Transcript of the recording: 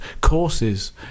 courses